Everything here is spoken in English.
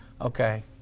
Okay